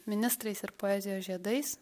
ministrais ir poezijos žiedais